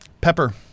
pepper